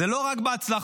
זה לא רק בהצלחות,